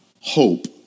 hope